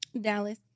Dallas